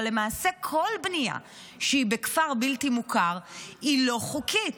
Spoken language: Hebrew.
אבל למעשה כל בנייה שהיא בכפר בלתי מוכר היא לא חוקית.